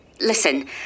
listen